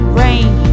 rain